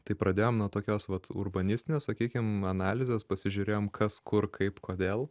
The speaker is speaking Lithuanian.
tai pradėjom nuo tokios vat urbanistinės sakykim analizės pasižiūrėjom kas kur kaip kodėl